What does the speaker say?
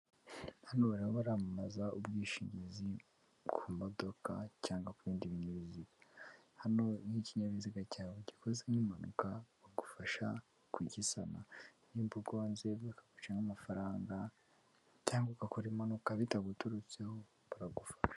Hano bariho baramamaza ubwishingizi ku modoka cyangwa ku bindi binyabiziga. Hano iyo ikinyabiziga cyawe gikoze nk'impanuka bagufasha kugisana, nimba ugonze bakaguca nk'amafaranga cyangwa ugakora impanuka bitaguturutseho, baragufasha.